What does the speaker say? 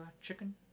chicken